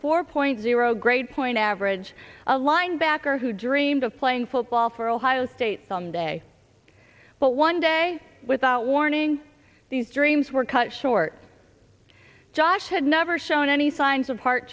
four point zero grade point average a linebacker who dreamed of playing football for ohio state sunday but one day without warning these dreams were cut short josh had never shown any signs of heart